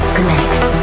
Connect